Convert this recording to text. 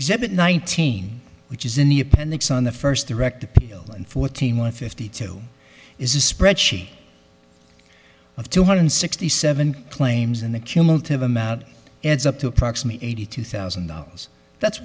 exhibit nineteen which is in the appendix on the first direct appeal and fourteen one fifty two is a spread sheet of two hundred sixty seven claims in the cumulative i'm out it's up to approximate eighty two thousand